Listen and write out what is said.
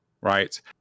right